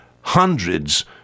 hundreds